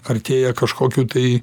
artėja kažkokių tai